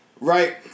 Right